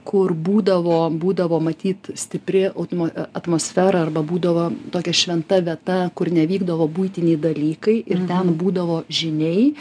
kur būdavo būdavo matyt stipri autmo a atmosfera arba būdavo tokia šventa vieta kur nevykdavo buitiniai dalykai ir ten būdavo žyniai